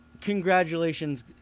congratulations